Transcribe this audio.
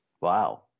Wow